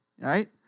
Right